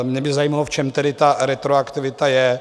Mě by zajímalo, v čem tedy ta retroaktivita je.